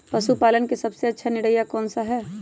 पशु पालन का सबसे अच्छा तरीका कौन सा हैँ?